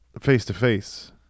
face-to-face